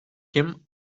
him